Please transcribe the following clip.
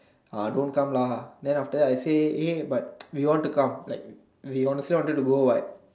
ah don't come lah then after that I say hey but we want to come like we honestly wanted to go but